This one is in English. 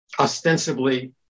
ostensibly